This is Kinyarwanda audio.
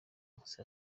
nkusi